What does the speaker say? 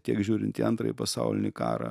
tiek žiūrint į antrąjį pasaulinį karą